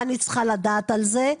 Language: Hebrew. מה אני צריכה לדעת על זה,